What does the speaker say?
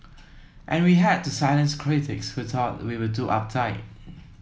and we had to silence critics who thought we were too uptight